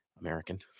American